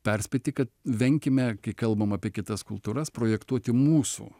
perspėti kad venkime kai kalbam apie kitas kultūras projektuoti mūsų